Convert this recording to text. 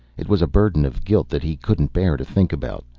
it was a burden of guilt that he couldn't bear to think about.